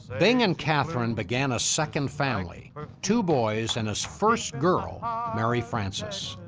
bing and kathryn began a second family two boys and his first girl ah mary francis.